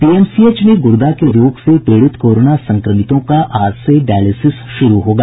PMCH में गुर्दा के रोग से पीड़ित कोरोना संक्रमितों का आज से डायलिसिस शुरू होगा